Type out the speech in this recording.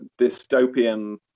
dystopian